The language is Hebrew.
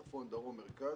צפון/דרום/מרכז,